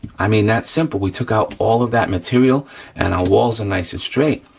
i mean that simple, we took out all of that material and our walls are nice and straight.